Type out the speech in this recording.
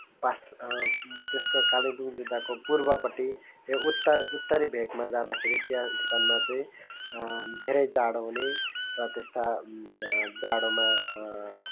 pass त्यसको कालिम्पोङ जिल्लाको पूर्वपट्टि ए उत्तर उत्तरी भेकमा जाँदाखेरि त्यहाँ स्थानमा चाहिँ धेरै जाडो हुने र त्यस्ता जाडोमा